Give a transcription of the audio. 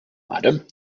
madam